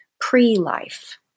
pre-life